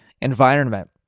environment